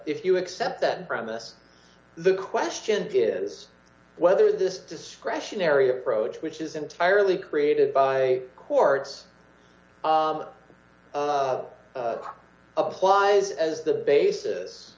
if you accept that premise the question is whether this discretionary approach which is entirely created by courts applies as the basis